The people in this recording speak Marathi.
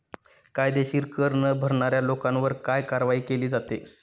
कायदेशीर कर न भरणाऱ्या लोकांवर काय कारवाई केली जाते?